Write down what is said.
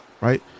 Right